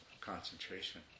concentration